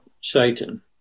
Satan